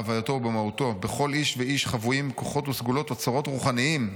בהווייתו ובמהותו: 'בכל איש ואיש חבויים כוחות וסגולות אוצרות רוחניים',